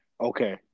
Okay